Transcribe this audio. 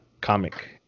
comic